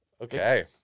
Okay